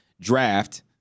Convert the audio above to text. draft